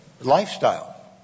lifestyle